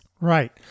Right